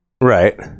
Right